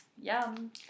Yum